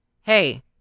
Hey